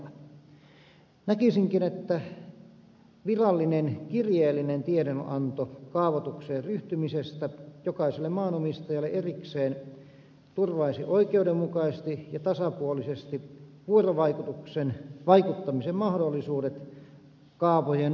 näkisinkin että virallinen kirjeellinen tiedonanto kaavoitukseen ryhtymisestä jokaiselle maanomistajalle erikseen turvaisi oikeudenmukaisesti ja tasapuolisesti vuorovaikutuksen sekä vaikuttamisen mahdollisuudet kaavojen valmistelussa